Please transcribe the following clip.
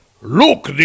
Look